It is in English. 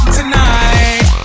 tonight